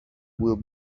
will